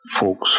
Folks